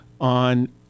on